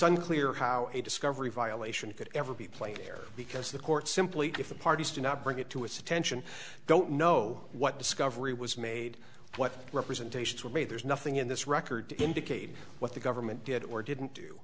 unclear how a discovery violation could ever be played there because the court simply if the parties do not bring it to its attention don't know what discovery was made what representations were made there's nothing in this record to indicate what the government did or didn't do